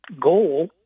goal